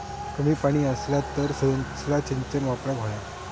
कमी पाणी असला तर कसला सिंचन वापराक होया?